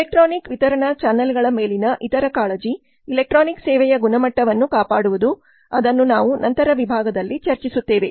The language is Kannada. ಎಲೆಕ್ಟ್ರಾನಿಕ್ ವಿತರಣಾ ಚಾನಲ್ಗಳ ಮೇಲಿನ ಇತರ ಕಾಳಜಿ ಎಲೆಕ್ಟ್ರಾನಿಕ್ ಸೇವೆಯ ಗುಣಮಟ್ಟವನ್ನು ಕಾಪಾಡುವುದು ಅದನ್ನು ನಾವು ನಂತರದ ವಿಭಾಗದಲ್ಲಿ ಚರ್ಚಿಸುತ್ತೇವೆ